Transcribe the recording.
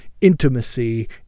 intimacy